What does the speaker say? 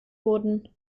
wurden